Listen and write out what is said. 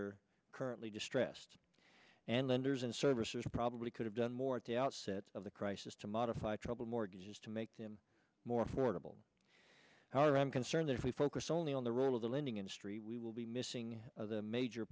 are currently distressed and lenders and services probably could have done more at the outset of the crisis to modify troubled mortgages to make them more affordable however i am concerned that if we focus only on the rule of the lending industry we will be missing the major